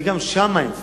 וגם שם אין סניפים.